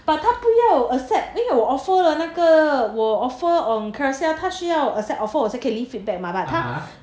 but 他不要 accept 因为我 offer 了那个我 offer on Carousell 他需要 accept offer 我才可以 leave feedback mah but 他